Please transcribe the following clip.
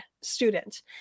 student